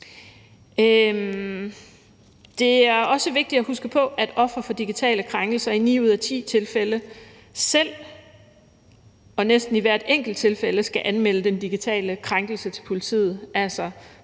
Det er også vigtigt at huske på, at ofre for digitale krænkelser i ni ud af ti tilfælde selv og næsten i hvert enkelt tilfælde skal anmelde den digitale krænkelse til politiet. Altså, politiet